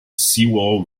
sewall